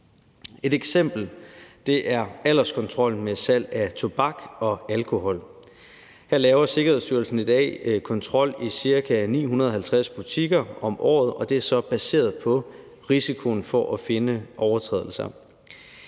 Et eksempel er alderskontrollen ved salg af tobak og alkohol. Her laver Sikkerhedsstyrelsen i dag kontrol i ca. 950 butikker om året, og det er baseret på risikoen for at finde overtrædelser.